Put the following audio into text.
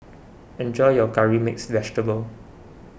enjoy your Curry Mixed Vegetable